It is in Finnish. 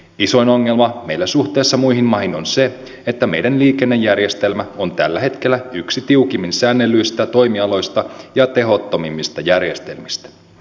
isoin ongelma meillä suhteessa muihin maihin on se että meidän liikennejärjestelmä on tällä hetkellä yksi tiukimmin säännellyistä toimialoista ja tehottomimmista järjestelmistä